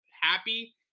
happy